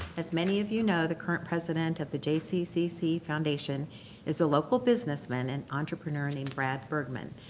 as many of you know, the current president of the jccc foundation is a local businessman and entrepreneur named brad bergman.